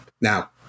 Now